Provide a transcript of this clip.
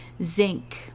Zinc